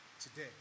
today